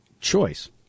choice